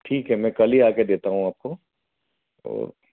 ठीक है मैं कल ही आकर देता हूँ आपको ओके